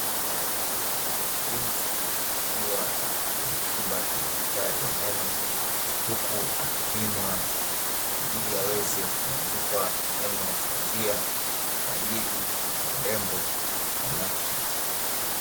Binti akiwa yupo kwenye chumba cha daktari wa meno, huku akipimwa ili aweze kubandikwa meno bandia kwa ajili ya urembo na nakshi.